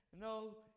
No